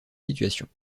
situations